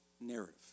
narrative